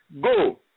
go